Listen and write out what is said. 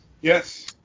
Yes